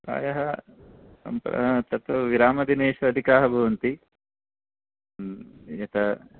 प्रायः तत्र विराम दिनेषु अधिकाः भवन्ति यत्